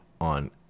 on